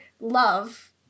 love